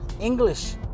English